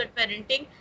parenting